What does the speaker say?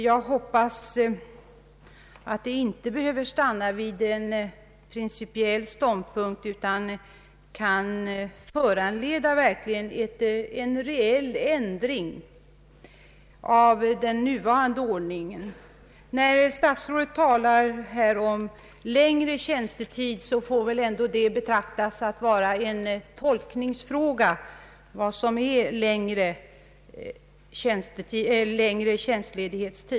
Jag hoppas att det inte behöver stanna vid en principiell ståndpunkt utan att denna skall kunna föranleda en reell ändring av den nuvarande ordningen. Statsrådet talade om längre tjänstledighetstid. Vad som är längre tjänst ledighetstid får väl ändå betraktas som en tolkningsfråga.